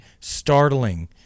startling